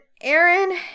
Aaron